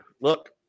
look